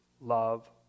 love